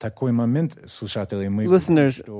Listeners